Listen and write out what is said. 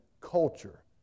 culture